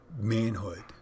manhood